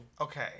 Okay